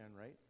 right